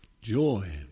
Joy